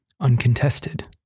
uncontested